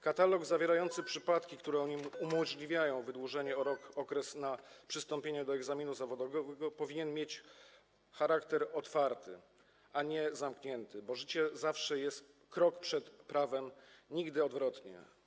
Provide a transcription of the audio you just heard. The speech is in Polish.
Katalog zawierający przypadki, które umożliwiają wydłużenie o rok okresu na przystąpienie do egzaminu zawodowego powinien mieć charakter otwarty, a nie zamknięty, bo życie zawsze jest krok przed prawem, nigdy odwrotnie.